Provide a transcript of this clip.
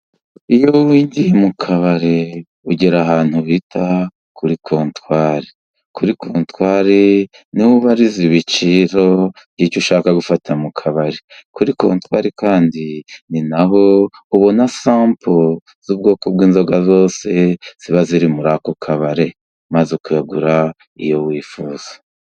Iyo winjiye mu kabari ugera ahantu bita kuri kontwari. Kuri kontwari ni ho ubariza ibiciro by'icyo ushaka gufata mu kabari. Kuri kontwari kandi ni na ho ubona sampo y'ubwoko bw'inzoga zose ziba ziri muri ako kabari, maze ukagura iyo wifuza.